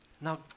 Now